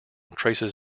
traces